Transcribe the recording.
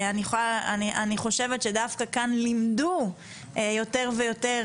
אני חושבת שדווקא כאן לימדו יותר ויותר